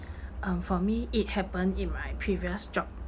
um for me it happened in my previous job